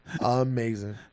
Amazing